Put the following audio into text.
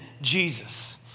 Jesus